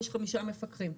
יש חמישה מפקחים,